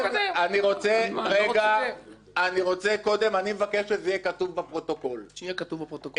אני רוצה שזה יהיה כתוב בפרוטוקול: אחד,